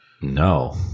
No